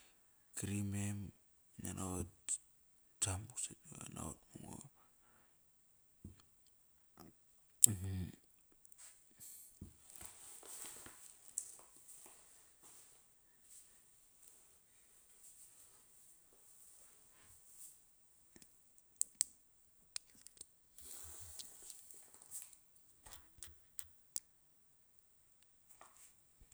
Kri mem ngiat naqot samuk sap ngiat naqot ma ngo.